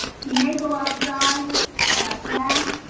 he may go outside to have snack.